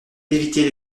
éviter